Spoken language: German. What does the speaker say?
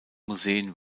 museen